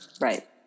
Right